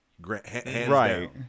right